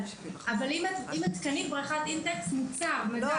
אבל קנית בריכת intex כמוצר מדף.